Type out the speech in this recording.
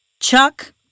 Chuck